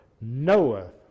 knoweth